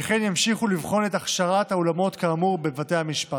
וכן שימשיכו לבחון את הכשרת האולמות כאמור בבתי המשפט.